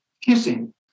kissing